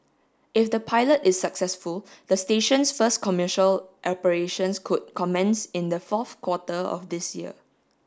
if the pilot is successful the station's first commercial operations could commence in the fourth quarter of this year